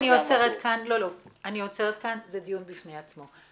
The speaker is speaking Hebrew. אני עוצרת כאן, זה דיון בפני עצמו.